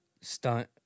stunt